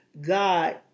God